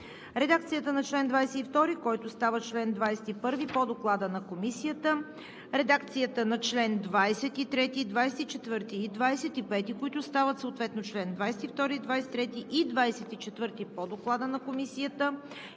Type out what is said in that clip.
редакцията на чл. 22, който става чл. 21 по Доклада на Комисията; редакцията на членове 23, 24 и 25, които стават съответно чл. 22, чл. 23 и чл. 24 по Доклада на Комисията;